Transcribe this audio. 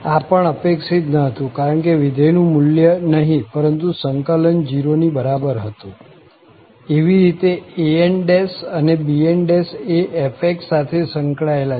આ પણ અપેક્ષિત ન હતું કારણ કે વિધેયનું મુલ્ય નહિ પરંતુ સંકલન 0 ની બરાબર હતું એવી રીતે ans અને bns એ f સાથે સંકળાયેલા છે